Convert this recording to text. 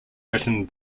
written